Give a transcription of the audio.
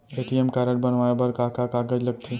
ATM card बनवाये बर का का कागज लगथे?